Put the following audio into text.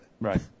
Right